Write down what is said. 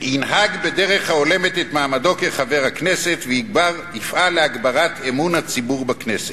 ינהג בדרך ההולמת את מעמדו כחבר הכנסת ויפעל להגברת אמון הציבור בכנסת".